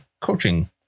coaching